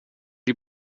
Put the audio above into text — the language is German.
die